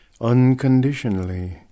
unconditionally